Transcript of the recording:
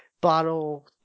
bottle